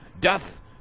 doth